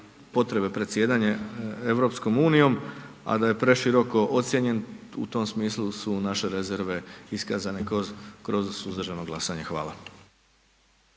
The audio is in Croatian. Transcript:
potrebe predsjedanja EU, a da je preširoko ocjenjen u tom smislu su naše rezerve iskazane kroz suzdržano glasanje. Hvala.